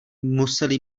museli